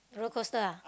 rollercoaster ah